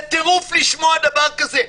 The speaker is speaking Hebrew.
זה טירוף לשמוע דבר כזה.